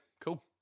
cool